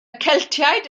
celtiaid